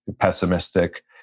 pessimistic